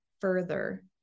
further